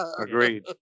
Agreed